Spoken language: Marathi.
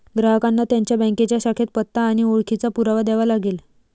ग्राहकांना त्यांच्या बँकेच्या शाखेत पत्ता आणि ओळखीचा पुरावा द्यावा लागेल